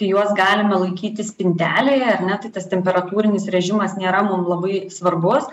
tai juos galima laikyti spintelėje ar ne tai tas temperatūrinis režimas nėra mum labai svarbus